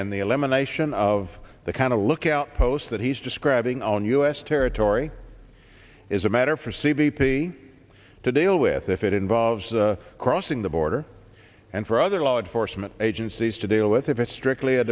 and the elimination of the kind of lookout posts that he's describing on u s territory is a matter for c b p to deal with if it involves crossing the border and for other law enforcement agencies to deal with if it's strictly a